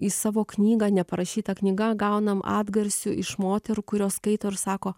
į savo knygą neparašyta knyga gaunam atgarsių iš moterų kurios skaito ir sako